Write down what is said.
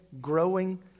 growing